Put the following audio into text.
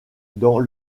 dans